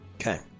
Okay